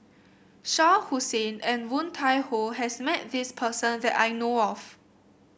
Shah Hussain and Woon Tai Ho has met this person that I know of